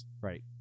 right